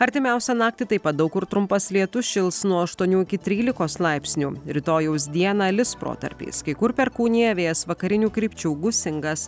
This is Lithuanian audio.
artimiausią naktį taip pat daug kur trumpas lietus šils nuo aštuonių iki trylikos laipsnių rytojaus dieną lis protarpiais kai kur perkūnija vėjas vakarinių krypčių gūsingas